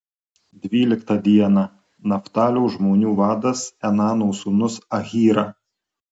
dvyliktą dieną naftalio žmonių vadas enano sūnus ahyra